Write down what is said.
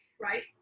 Right